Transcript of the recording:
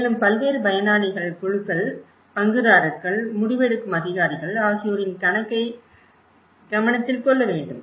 மேலும் பல்வேறு பயனாளிகள் குழுக்கள் பங்குதாரர்கள் முடிவெடுக்கும் அதிகாரிகள் ஆகியோரின் கணக்கை கவனத்தில் கொள்ள வேண்டும்